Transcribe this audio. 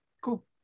cool